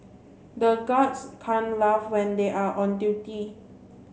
the guards can't laugh when they are on duty